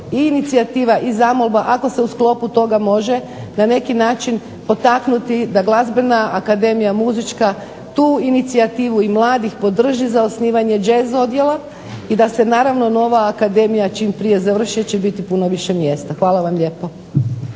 inicijativa i zamolba ako se u sklopu toga može na neki način potaknuti da glazbena akademija, muzička tu inicijativu i mladih podrži za osnivanje jazz odjela i da se naravno nova akademija čim prije završi jer će biti puno više mjesta. Hvala vam lijepa.